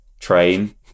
train